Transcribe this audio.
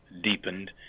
deepened